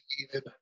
needed